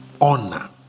honor